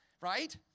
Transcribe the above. right